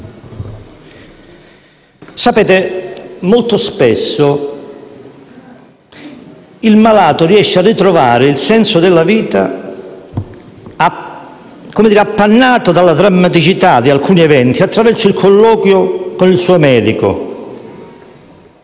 capirlo. Molto spesso il malato riesce a ritrovare il senso della vita, appannato dalla drammaticità di alcuni eventi, attraverso il colloquio con il suo medico.